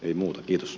ei muuta kiitos